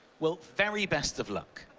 well, very best of luck.